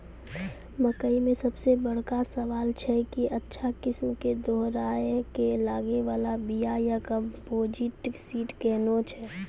मकई मे सबसे बड़का सवाल छैय कि अच्छा किस्म के दोहराय के लागे वाला बिया या कम्पोजिट सीड कैहनो छैय?